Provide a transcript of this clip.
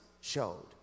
showed